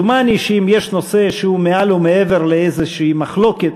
דומני שאם יש נושא שהוא מעל ומעבר לאיזושהי מחלוקת,